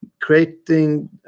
creating